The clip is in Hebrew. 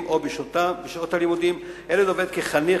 או בשעות הלימודים: הילד עובד כחניך,